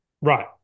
Right